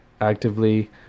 actively